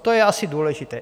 To je asi důležité.